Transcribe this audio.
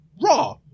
Raw